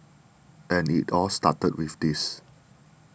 and it all started with this